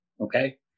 okay